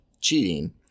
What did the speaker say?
cheating